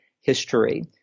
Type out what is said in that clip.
history